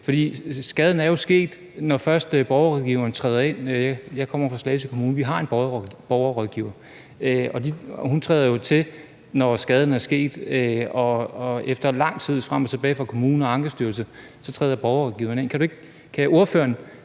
skaden er jo sket, når først borgerrådgiveren træder til. Jeg kommer fra Slagelse Kommune, hvor vi har en borgerrådgiver, og hun træder jo til, når skaden er sket – efter lang tid, hvor det kører frem og tilbage mellem kommunen og Ankestyrelsen, træder Borgerrådgiveren til.